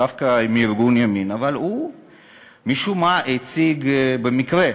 דווקא מארגון ימין, אבל הוא משום-מה הציג, במקרה,